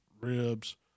ribs